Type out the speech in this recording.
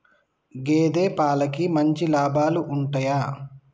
గేదే పాలకి మంచి లాభాలు ఉంటయా?